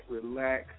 relax